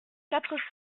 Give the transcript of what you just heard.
quatre